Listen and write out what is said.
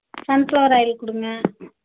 Sun flower oil கொடுங்க